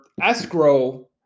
escrow